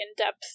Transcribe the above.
in-depth